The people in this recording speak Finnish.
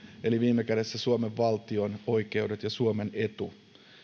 eli viime kädessä suomen valtion oikeudet ja suomen etu